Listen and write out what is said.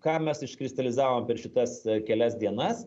ką mes iškristalizavom per šitas kelias dienas